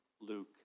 Luke